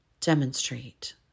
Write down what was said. demonstrate